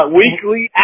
weekly